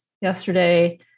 yesterday